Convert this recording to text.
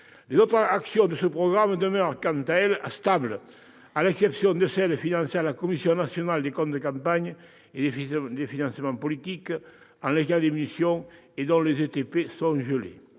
Les autres actions de ce programme demeurent quant à elles stables, à l'exception de celle qui est destinée à financer la Commission nationale des comptes de campagnes et des financements politiques, en légère diminution et dont les ETP sont gelés.